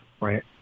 right